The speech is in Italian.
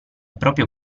proprio